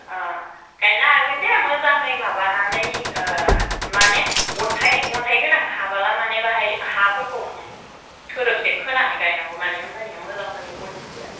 गायनो हागोन दे मोजाङै माबानानै माने अन्थाइ अन्थाइ गोनां हाब्ला माने बाहाय हाफोरखौ थोरोबसे खोनानै गायनांगौ माने होमब्लानिया मोजां जायो गय फुलिया